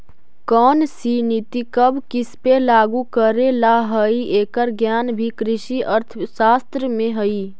कौनसी नीति कब किसपे लागू करे ला हई, एकर ज्ञान भी कृषि अर्थशास्त्र में हई